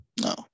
no